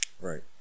right